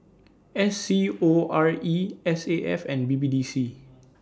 S C O R E S A F and B B D C